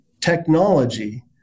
technology